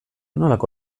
nolako